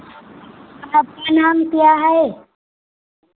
आपका नाम क्या है